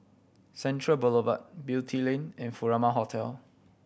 Central Boulevard Beatty Lane and Furama Hotel